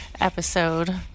episode